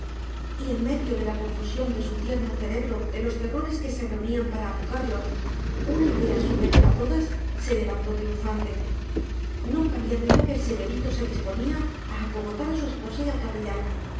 y en medio de la confusión de su tierno cerebro de los terrores que se reunían para apocarlo una idea superior a todas se levantó triunfante no cabía duda que el señorito se disponía a acogotar a su esposa y al capellán